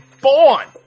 born